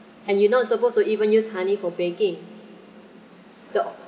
and you're not supposed to even use honey for baking